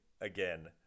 Again